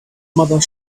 mother